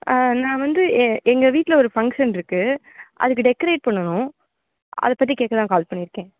ஆ நான் வந்து எ எங்கள் வீட்டில் ஒரு ஃபங்க்ஷன் இருக்குது அதுக்கு டெக்கரேட் பண்ணனும் அதை பற்றி கேட்க தான் கால் பண்ணிருக்கேன்